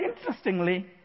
interestingly